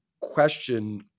question